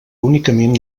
únicament